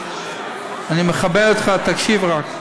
אני מכבד אותך, תקשיב רק.